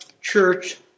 Church